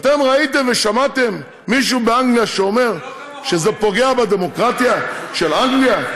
אתם ראיתם ושמעתם מישהו באנגליה שאומר שזה פוגע בדמוקרטיה של אנגליה?